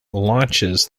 launches